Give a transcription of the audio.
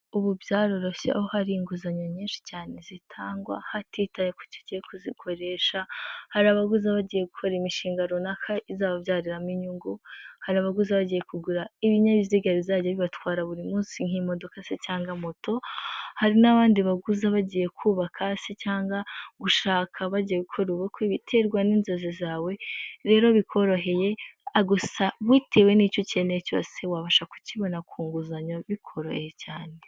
Ubu byaroroshye aho hari inguzanyo nyinshi cyane zitangwa hatitawe ku kuzikoresha, hari abaguza bagiye gukora imishinga runaka izababyarirariramo inyungu, hari abaguzi bagiye kugura ibinyabiziga bizajya bibatwara buri munsi nk'imodoka se cyangwa moto, hari n'abandi baguza bagiye kubaka isi cyangwa gushaka bajya gukora ubukwe biterwa n'inzozi zawe, rero bikoroheye gusa bitewe n'icyo ukeneye cyose wabasha kukibona ku nguzanyo bikoroheye cyane.